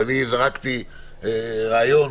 אבל זרקתי רעיון,